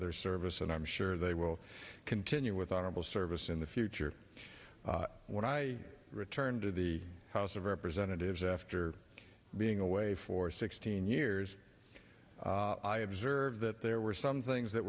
their service and i'm sure they will continue with honorable service in the future when i return to the house of representatives after being away for sixteen years i observed that there were some things that